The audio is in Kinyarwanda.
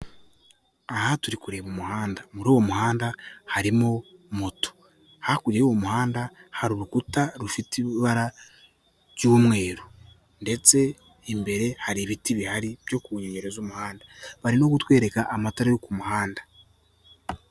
Aha turi kureba umuhanda, muri uwo muhanda harimo moto, hakurya y'uwo muhanda hari urukuta rufite ibara ry'umweru ndetse imbere hari ibiti bihari byo ku nyengero z'umuhanda, bari no kutwereka amatara yo ku muhanda.